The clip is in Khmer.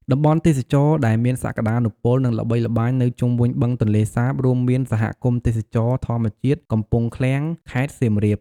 តំបន់ទេសចរដែលមានសក្តានុពល និងល្បីល្បាញនៅជុំវិញបឹងទន្លេសាបរួមមានសហគមន៍ទេសចរណ៍ធម្មជាតិកំពង់ឃ្លាំង ខេត្តសៀមរាប។